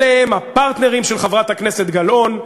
אלה הם הפרטנרים של חברת הכנסת גלאון,